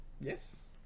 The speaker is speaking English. Yes